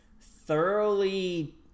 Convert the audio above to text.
thoroughly